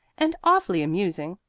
and awfully amusing,